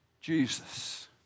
Jesus